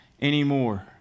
anymore